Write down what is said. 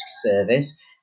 service